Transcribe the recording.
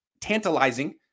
tantalizing